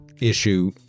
issue